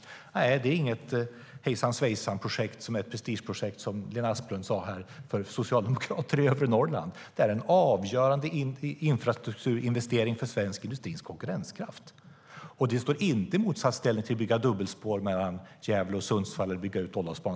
Nej, det är inget hejsan-svejsan-projekt som är ett prestigeprojekt, som Lena Asplund sade, för socialdemokrater i övre Norrland. Det är en avgörande infrastrukturinvestering för svensk industris konkurrenskraft. Det står inte i motsatsställning till att bygga dubbelspår mellan Gävle och Sundsvall eller att bygga ut Ådalsbanan.